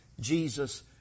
Jesus